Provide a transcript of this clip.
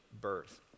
birth